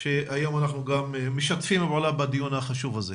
שהיום אנחנו גם משתפים פעולה בדיון החשוב הזה.